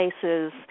places